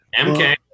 mk